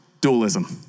dualism